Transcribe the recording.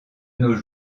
nos